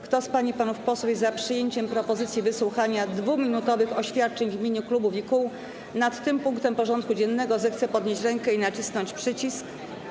Kto z pań i panów posłów jest za przyjęciem propozycji wysłuchania 2-minutowych oświadczeń w imieniu klubów i kół w dyskusji nad tym punktem porządku dziennego, zechce podnieść rękę i nacisnąć przycisk.